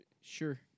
Sure